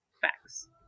Facts